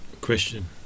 question